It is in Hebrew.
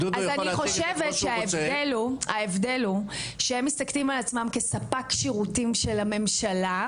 אני חושבת שההבדל הוא שהם מסתכלים על עצמם כספק שירותים של הממשלה,